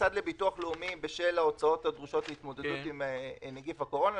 למוסד לביטוח לאומי בשל ההוצאות הדרושות להתמודדות עם נגיף הקורונה.